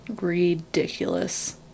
Ridiculous